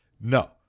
No